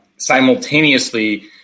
simultaneously